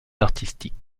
artistiques